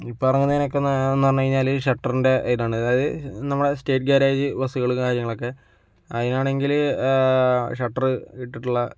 ഇപ്പോൾ ഇറങ്ങുന്നതിനൊക്കെയെന്നു പറഞ്ഞുകഴിഞ്ഞാൽ ഷട്ടറിൻ്റെ ഇതാണ് അതായത് നമ്മുടെ സ്റ്റേറ്റ് ഗ്യാരേജ് ബസ്സുകൾ കാര്യങ്ങളൊക്കെ അതിനാണെങ്കിൽ ഷട്ടർ ഇട്ടിട്ടുള്ള